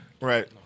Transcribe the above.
right